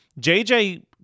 jj